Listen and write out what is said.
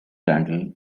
randall